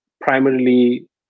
primarily